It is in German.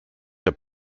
der